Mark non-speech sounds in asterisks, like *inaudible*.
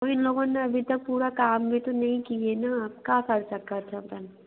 तो इन लोगों ने अभी तक पूरा काम भी तो नहीं किए ना आपका *unintelligible* बन